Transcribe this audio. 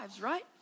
right